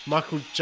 Michael